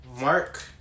Mark